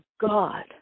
God